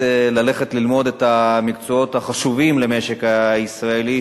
ללכת ללמוד את המקצועות החשובים למשק הישראלי,